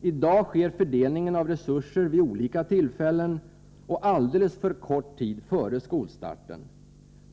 I dag sker fördelningen av resurser vid olika tillfällen och alldeles för kort tid före skolstarten.